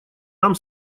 нам